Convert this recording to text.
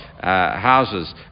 houses